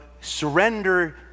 surrender